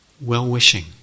well-wishing